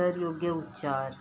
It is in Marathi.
उत्तर योग्य उच्चार